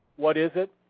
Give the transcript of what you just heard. what is it?